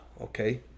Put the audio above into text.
okay